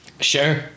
Sure